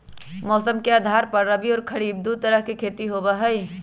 मौसम के आधार पर रबी और खरीफ दु तरह के खेती होबा हई